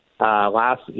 last